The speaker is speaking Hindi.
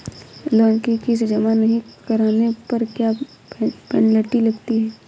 लोंन की किश्त जमा नहीं कराने पर क्या पेनल्टी लगती है?